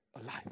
alive